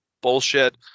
bullshit